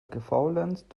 gefaulenzt